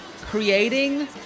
creating